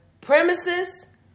premises